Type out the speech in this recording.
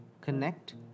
connect